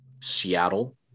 Seattle